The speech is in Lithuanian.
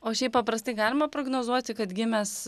o šiaip paprastai galima prognozuoti kad gimęs